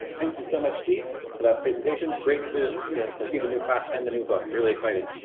thank you so much. steve for that presentation. great to to see the new class and the new book really excited.